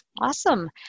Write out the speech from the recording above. Awesome